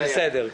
בבקשה.